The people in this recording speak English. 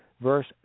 Verse